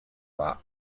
war